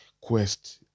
quest